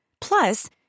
Plus